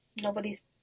Nobody's